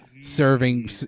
serving